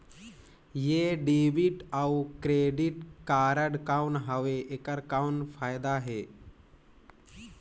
ये डेबिट अउ credit card कौन हवे एकर कौन फाइदा हे?